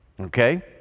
okay